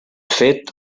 fet